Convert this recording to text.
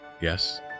Yes